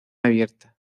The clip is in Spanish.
abierta